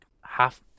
half